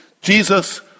Jesus